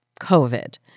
COVID